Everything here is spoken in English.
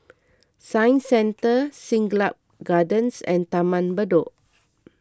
Science Centre Siglap Gardens and Taman Bedok